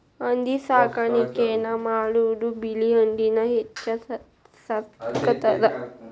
ಹಂದಿ ಸಾಕಾಣಿಕೆನ ಮಾಡುದು ಬಿಳಿ ಹಂದಿನ ಹೆಚ್ಚ ಸಾಕತಾರ